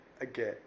again